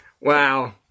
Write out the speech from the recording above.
Wow